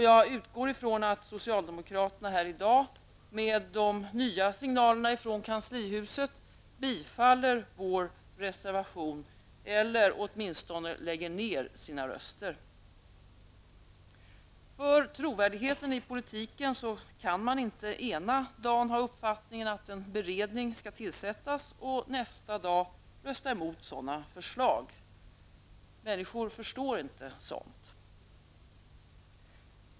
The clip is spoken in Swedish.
Jag utgår från att socialdemokraterna här i dag, mot bakgrund av de nya signalerna från kanslihuset, röstar för vår reservation eller åtminstone lägger ned sina röster. För trovärdigheten i politiken kan man inte ena dagen ha uppfattningen att en beredning skall tillsättas och nästa dag rösta emot sådana förslag. Människor förstår inte sådant.